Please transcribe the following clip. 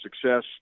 success